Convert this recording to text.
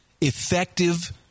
effective